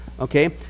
okay